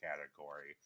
category